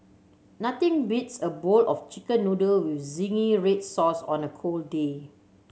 nothing beats a bowl of Chicken Noodle with zingy red sauce on a cold day